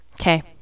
Okay